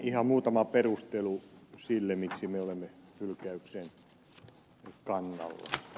ihan muutama perustelu sille miksi me olemme hylkäyksen kannalla